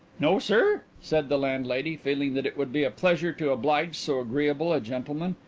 no, sir? said the landlady, feeling that it would be a pleasure to oblige so agreeable a gentleman,